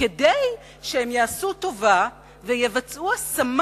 כדי שכל אלה יעשו לנו טובה ויבצעו השמה